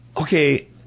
okay